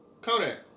Kodak